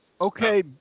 Okay